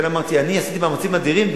אמרתי שאני עשיתי מאמצים אדירים,